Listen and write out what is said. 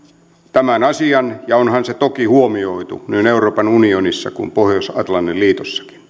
tämän asian ja onhan se toki huomioitu niin euroopan unionissa kuin pohjois atlantin liitossakin